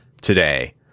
today